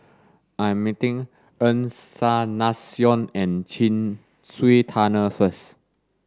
I'm meeting Encarnacion and Chin Swee Tunnel first